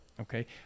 okay